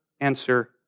answer